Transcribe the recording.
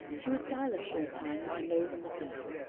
she was silent for a time, with her nose on the pillow,